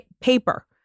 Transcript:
paper